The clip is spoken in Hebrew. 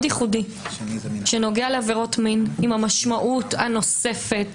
ייחודי שנוגע לעבירות מין עם המשמעות הנוספת,